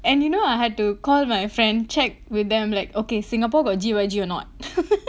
and you know I had to call my friend check with them like okay singapore got G_Y_G or not